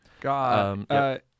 God